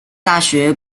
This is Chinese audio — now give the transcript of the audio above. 大学